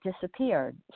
disappeared